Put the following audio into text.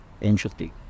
interesting